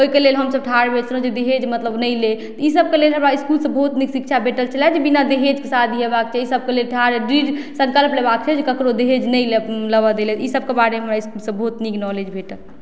ओहिके लेल हम सब ठार होइ छलहुॅं जे दहेज मतलब नहि ले इसबके लेल हमरा इसकुल से बहुत नीक शिक्षा भेटल छलै जे बिना दहेजके शादी हेबाके चाही सबके लेल ठार दृढ़ संकल्प लेबाके छै जे ककरो दहेज नहि लेबऽ दै लै इसबके बारेमे हमरा इसकुल से बहुत नीक नॉलेज भेटल